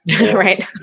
Right